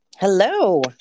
hello